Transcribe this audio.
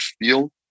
feel